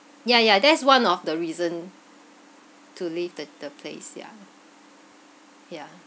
yeah yeah that's one of the reason to leave the the place ya ya